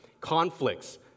conflicts